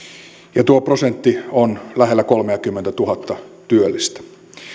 ja tuo prosentti on lähellä kolmeakymmentätuhatta työllistä